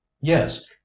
Yes